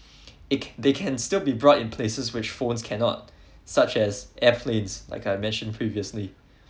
it they can still be brought in places which phones cannot such as airplanes like I mentioned previously